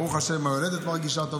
ברוך השם, היולדת מרגישה טוב.